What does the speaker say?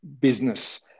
business